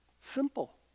simple